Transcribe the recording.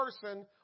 person